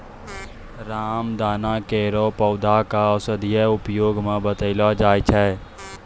रामदाना केरो पौधा क औषधीय उपयोग बतैलो जाय छै